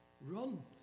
Run